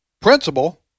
principal